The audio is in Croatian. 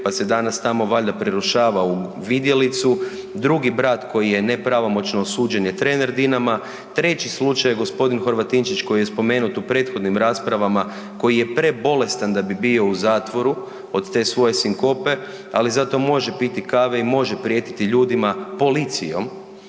pa se danas tamo valjda prerušava u vidjelicu, drugi brat koji je nepravomoćno osuđen je trener Dinama, treći slučaj je gospodin Horvatinčić koji je spomenut u prethodnim raspravama koji je prebolestan da bi bio u zatvoru od te svoje sinkope, ali zato može piti kave i može prijetiti ljudima policijom